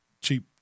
cheap